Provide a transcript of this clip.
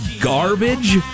garbage